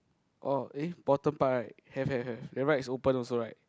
oh eh bottom part right have have have then right is open also right